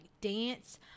dance